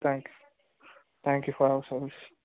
thanks thank you for your service